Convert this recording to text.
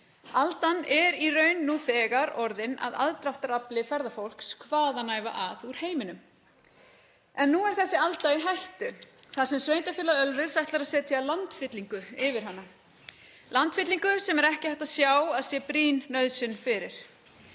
Aldan er í raun nú þegar orðin að aðdráttarafli ferðafólks hvaðanæva að úr heiminum. En nú er þessi alda í hættu þar sem sveitarfélagið Ölfus ætlar að setja landfyllingu yfir hana, landfyllingu sem er ekki hægt að sjá að sé brýn nauðsyn fyrir.